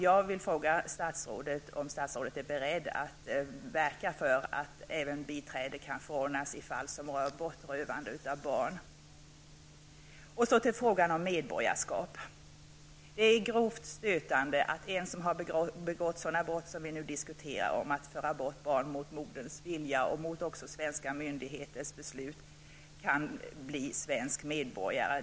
Jag vill fråga statsrådet om statsrådet är beredd att verka för att biträde kan förordnas även i fall som rör bortrövande av barn. Så till frågan om medborgarskap. Det är grovt stötande att en person som har begått ett sådant brott som vi nu diskuterar -- att föra bort barn mot moderns vilja och även mot svenska myndigheters beslut -- kan bli svensk medborgare.